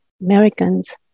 Americans